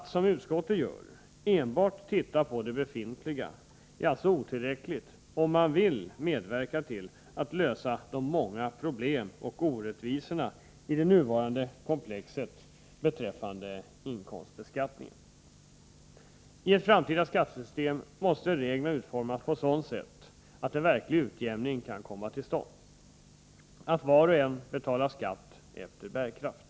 Att, som utskottet gör, enbart se på det befintliga är alltså otillräckligt, om man vill medverka till att lösa de många problemen och orättvisorna i det komplex som inkomstbeskattningen f. n. utgör. I ett framtida skattesystem måste reglerna utformas på ett sådant sätt att en verklig utjämning kan komma till stånd, att var och en får betala skatt efter bärkraft.